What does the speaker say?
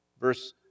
Verse